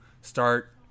start